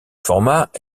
format